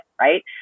right